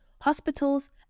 hospitals